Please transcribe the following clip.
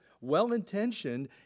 well-intentioned